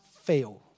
fail